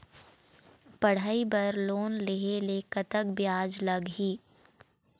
पढ़ई बर लोन लेहे ले कतक ब्याज लगही?